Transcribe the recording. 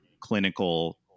clinical